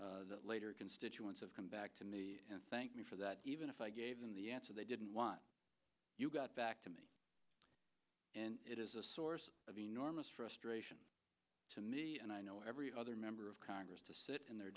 years that later constituents have come back to me and thank me for that even if i gave them the answer they didn't want you got back to me and it is a source of enormous frustration to me and i know every other member of congress to sit in their